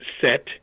set